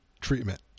treatment